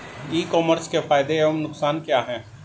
ई commerce के फायदे एवं नुकसान क्या हैं?